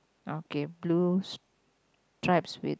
okay blue stripes with